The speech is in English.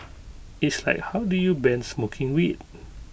it's like how do you ban smoking weed